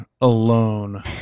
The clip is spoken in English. Alone